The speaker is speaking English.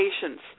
patients